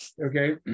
okay